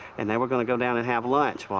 and they were gonna go down and have lunch.